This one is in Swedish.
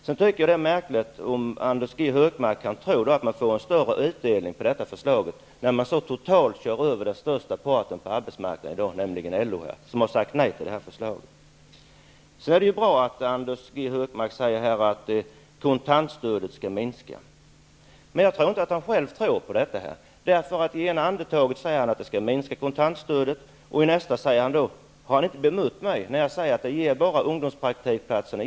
Det är märkligt att Anders G. Högmark tror att man får någon större utdelning på detta förslag, när man så totalt kör över den största parten på arbetsmarknaden, nämligen LO, som har sagt nej till förslaget. Det är bra att kontantstödet skall minska, som Anders G Högmark säger här. Men jag tror inte att han själv tror på detta. I nästa andetag bemöter han inte mig, när jag säger att förslaget inte ger fler än 10 000 ungdomspraktikplatser.